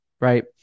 right